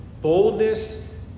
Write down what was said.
Boldness